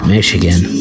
Michigan